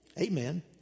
Amen